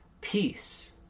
peace